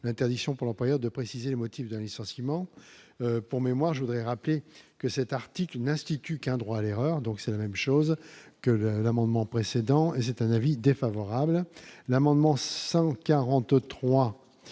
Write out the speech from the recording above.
l'interdiction pour la période de préciser les motifs d'un licenciement pour mémoire je voudrais rappeler que cet article n'institut qu'un droit à l'erreur, donc c'est la même chose que l'amendement précédent et c'est un avis défavorable, l'amendement 143